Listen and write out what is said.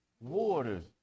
waters